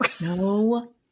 No